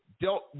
dealt